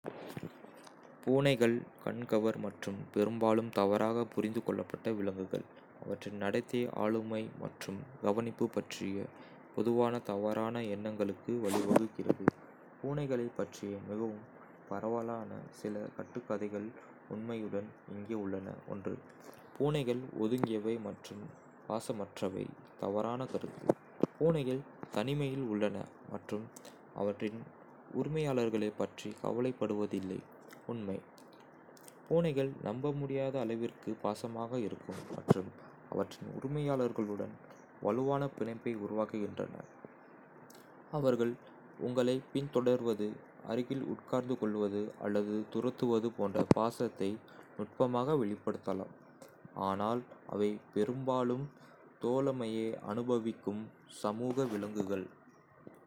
பூனைகள் கண்கவர் மற்றும் பெரும்பாலும் தவறாகப் புரிந்து கொள்ளப்பட்ட விலங்குகள், அவற்றின் நடத்தை, ஆளுமை மற்றும் கவனிப்பு பற்றிய பொதுவான தவறான எண்ணங்களுக்கு வழிவகுக்கிறது பூனைகளைப் பற்றிய மிகவும் பரவலான சில கட்டுக்கதைகள், உண்மையுடன் இங்கே உள்ளன. பூனைகள் ஒதுங்கியவை மற்றும் பாசமற்றவை தவறான கருத்து. பூனைகள் தனிமையில் உள்ளன மற்றும் அவற்றின் உரிமையாளர்களைப் பற்றி கவலைப்படுவதில்லை. உண்மை பூனைகள் நம்பமுடியாத அளவிற்கு பாசமாக இருக்கும் மற்றும் அவற்றின் உரிமையாளர்களுடன் வலுவான பிணைப்பை உருவாக்குகின்றனஅவர்கள் உங்களைப் பின்தொடர்வது, அருகில் உட்கார்ந்துகொள்வது அல்லது துரத்துவது போன்ற பாசத்தை நுட்பமாக வெளிப்படுத்தலாம், ஆனால் அவை பெரும்பாலும் தோழமையை அனுபவிக்கும் சமூக விலங்குகள்.